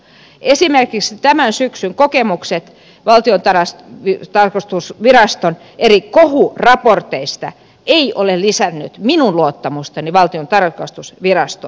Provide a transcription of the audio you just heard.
esimerkiksi tämän syksyn kokemukset valtiontalouden tarkastusviraston eri kohuraporteista ei ole lisännyt minun luottamustani valtiontalouden tarkastusvirastoa kohtaan